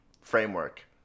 framework